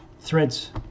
Threads